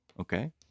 Okay